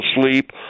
sleep